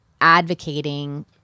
advocating